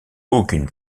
aucune